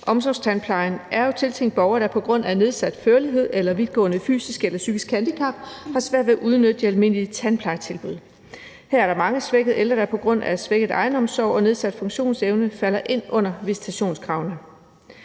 Omsorgstandplejen er jo tiltænkt borgere, der på grund af nedsat førlighed eller vidtgående fysisk eller psykisk handicap har svært ved at udnytte de almindelige tandplejetilbud. Der er mange svækkede ældre, der på grund af svækket egenomsorg og nedsat funktionsevne falder ind under visitationskravene.